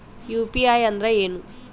UPI ಅಂದ್ರೆ ಏನು?